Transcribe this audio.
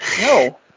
No